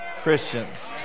Christians